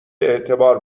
اعتبار